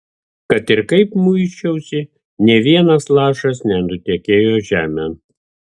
kad ir kaip muisčiausi nė vienas lašas nenutekėjo žemėn